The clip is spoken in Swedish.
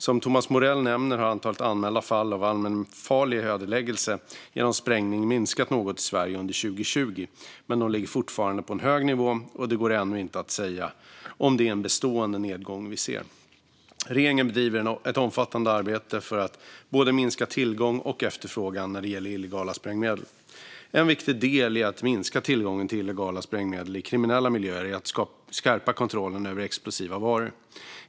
Som Thomas Morell nämner minskade antalet anmälda fall av allmänfarlig ödeläggelse genom sprängning något i Sverige under 2020, men de ligger fortfarande på en hög nivå, och det går ännu inte att säga om det är en bestående nedgång vi ser. Regeringen bedriver ett omfattande arbete för att minska både tillgång och efterfrågan när det gäller illegala sprängmedel. En viktig del i att minska tillgången till illegala sprängmedel i kriminella miljöer är att skärpa kontrollen över explosiva varor.